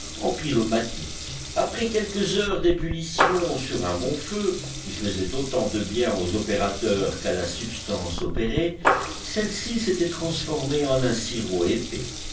empyreumatique après quelques heures d'ébullition sur un bon feu qui faisait autant de bien aux opérateurs qu'à la substance opérée celle-ci s'était transformée en un sirop